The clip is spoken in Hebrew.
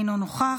אינו נוכח.